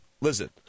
listen